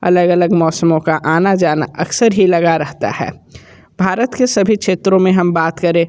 अलग अलग मौसमों का आना जाना अक्सर ही लगा रहता है भारत के सभी क्षेत्रों में हम बात करें